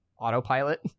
autopilot